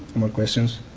more questions?